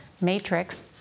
Matrix